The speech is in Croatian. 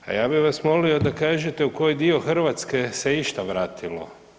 A ja bih vas molio da kažete u koji dio Hrvatske se išta vratilo?